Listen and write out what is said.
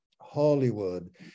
Hollywood